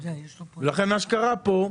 מה שקרה פה זה